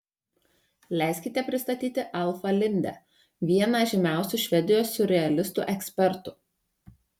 leiskite pristatyti alfą lindę vieną žymiausių švedijos siurrealistų ekspertų